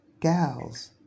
Gals